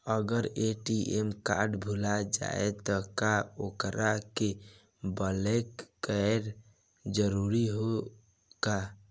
अगर ATM card भूला जाए त का ओकरा के बलौक कैल जरूरी है का?